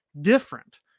different